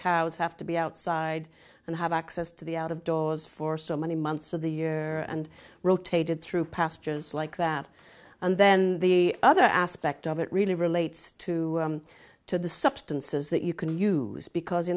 cows have to be outside and have access to the out of doors for so many months of the year and rotated through pastures like that and then the other aspect of it really relates to to the substances that you can use because